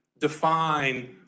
define